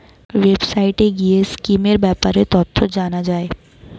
ওয়েবসাইটে গিয়ে স্কিমের ব্যাপারে তথ্য জানা যায়